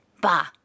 Bah